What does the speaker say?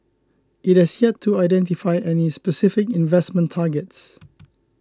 it has yet to identify any specific investment targets